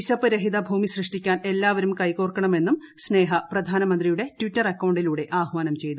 വിശപ്പ് രഹിത ഭൂമി സൃഷ്ടിക്കാൻ എല്ലാവരും കൈകോർക്കണമെന്നും സ്നേഹ പ്രധാനമന്ത്രിയുടെ ട്വിറ്റർ അക്കൌണ്ടിലൂടെ ആഹ്വാനം ചെയ്തു